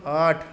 आठ